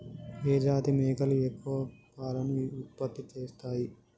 ఏ జాతి మేకలు ఎక్కువ పాలను ఉత్పత్తి చేస్తయ్?